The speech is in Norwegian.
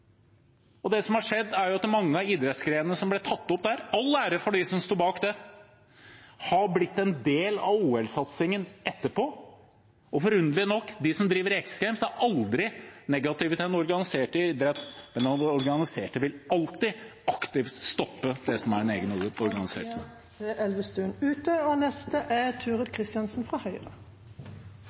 Og det som har skjedd, er at mange av idrettsgrenene som ble tatt opp der – all ære til dem som sto bak det – har blitt en del av OL-satsingen etterpå. Og forunderlig nok: De som driver X Games, er aldri negative til den organiserte idretten , men den organiserte idretten vil alltid aktivt stoppe det som ... Da er